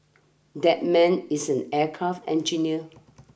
that man is an aircraft engineer